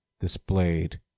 displayed